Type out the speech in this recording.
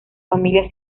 familia